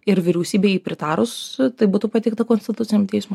ir vyriausybei pritarus tai būtų pateikta konstituciniam teismui